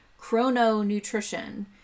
chrononutrition